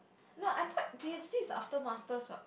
no I thought p_h_d is after masters what